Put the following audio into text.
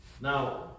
Now